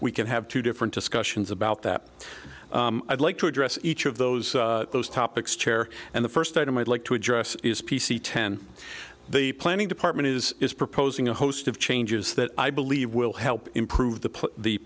we can have two different discussions about that i'd like to address each of those those topics chair and the first item i'd like to address is p c ten the planning department is proposing a host of changes that i believe will help improve the